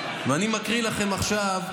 אני מקריא לכם עכשיו,